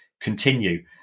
continue